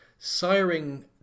siring